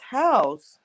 house